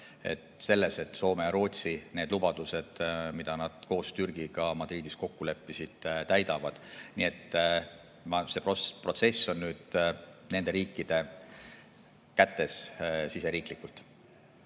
selles, et Soome ja Rootsi need lubadused, mis nad koos Türgiga Madridis kokku leppisid, täidavad. Nii et see protsess on nüüd nende riikide endi kätes.